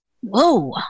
Whoa